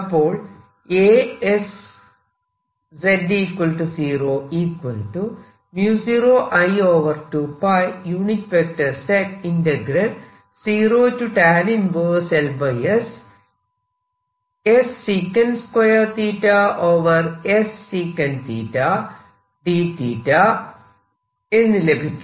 അപ്പോൾ എന്ന് ലഭിക്കും